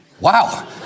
Wow